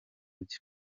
bye